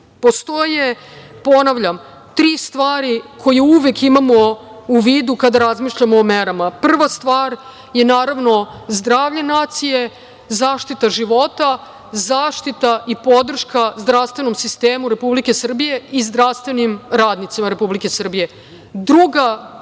postoje tri stvari koje uvek imamo u vidu kada razmišljamo o merama. Prva stvar je, naravno, zdravlje nacije, zaštita života, zaštita i podrška zdravstvenom sistemu Republike Srbije i zdravstvenim radnicima Republike Srbije.